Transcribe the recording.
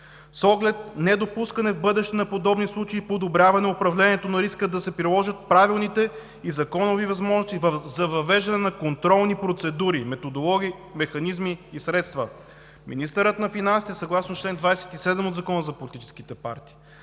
С оглед недопускане в бъдеще на подобни случаи и подобряване управлението на риска да се приложат правилните и законови възможности за въвеждане контролни процедури, методологии, механизми и средства.“ Министърът на финансите – съгласно чл. 27 от Закона за политическите партии,